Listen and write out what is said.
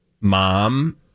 mom